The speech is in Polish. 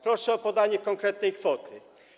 Proszę o podanie konkretnej kwoty.